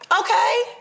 Okay